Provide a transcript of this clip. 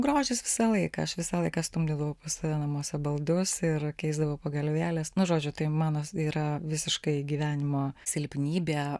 grožis visą laiką aš visą laiką stumdydavau pas namuose baldus ir keisdavau pagalvėles nu žodžiu tai mano yra visiškai gyvenimo silpnybė